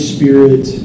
Spirit